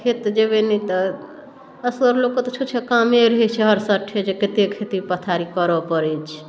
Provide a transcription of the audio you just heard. खेत जेबै नहि तऽ असगर लोकके तऽ छूछे कामे रहै छै हरसठे जे कते खेती पथारी करऽ पड़ै छै